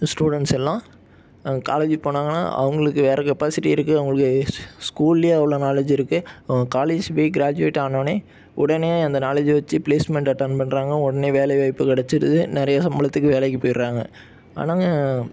students எல்லாம் அங்கே college போனாங்கன்னா அவங்களுக்கு வேற கெப்பாசிட்டி இருக்குது அவங்களுக்கு ஸ்கூல்லையே அவ்வளோ நாலேஜ் இருக்குது காலேஜ் போய் கிராஜுவேட் ஆனோனே உடனே அந்த நாலேஜ்ஜை வச்சு ப்ளேஸ்மெண்ட் அட்டன் பண்றாங்க உடனே வேலை வாய்ப்பு கிடைச்சிருது நிறையா சம்பளத்துக்கு வேலைக்கு போயிடுறாங்க ஆனாங்க